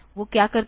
वो क्या करते है